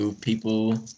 people